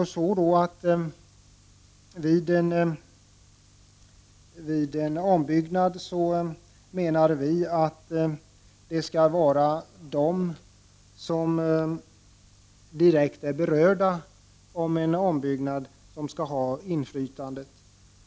Vi menar att det är de som är direkt berörda av en ombyggnad som skall ha inflytandet.